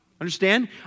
Understand